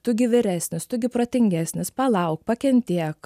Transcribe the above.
tu gi vyresnis tu gi protingesnis palauk pakentėk